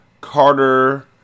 Carter